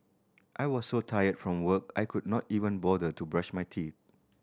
I was so tired from work I could not even bother to brush my teeth